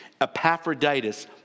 Epaphroditus